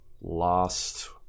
last